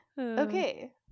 Okay